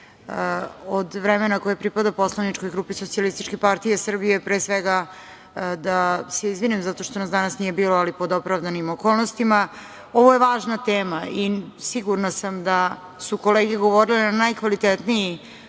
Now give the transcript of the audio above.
od vremena koje pripada poslaničkoj grupi Socijalističke partije Srbije, pre svega, a da se izvinim zato što nas danas nije bilo, ali pod opravdanim okolnostima. Ovo je važna tema i sigurna sam da su kolege govorile na najkvalitetniji